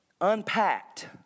unpacked